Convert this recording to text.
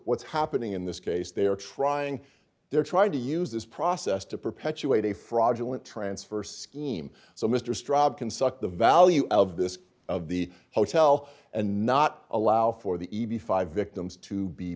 what's happening in this case they are trying they're trying to use this process to perpetuate a fraudulent transfer scheme so mr straw can suck the value of this of the hotel and not allow for the e b five victims to be